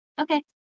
Okay